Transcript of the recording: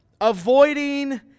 avoiding